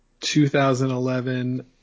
2011